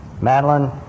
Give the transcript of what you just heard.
Madeline